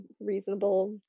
reasonable